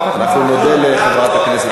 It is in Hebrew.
אנחנו נודה לחברת הכנסת מיכאלי.